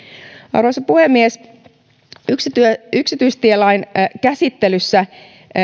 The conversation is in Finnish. arvoisa puhemies yksityistielain käsittelyssä